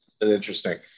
Interesting